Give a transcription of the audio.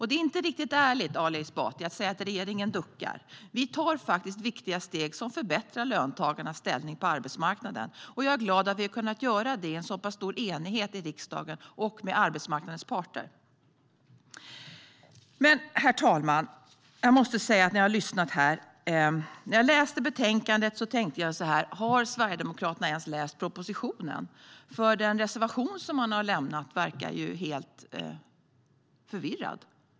Det är inte riktigt ärligt, Ali Esbati, att säga att regeringen duckar. Vi tar viktiga steg som förbättrar löntagarnas ställning på arbetsmarknaden. Jag är glad att vi har gjort detta i stor enighet i riksdagen och med arbetsmarknadens parter. Herr talman! När jag läste betänkandet undrade jag om Sverigedemokraterna ens har läst propositionen. Den reservation som Sverigedemokraterna har lämnat är helt förvirrad.